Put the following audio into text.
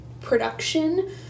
production